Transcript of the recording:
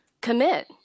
commit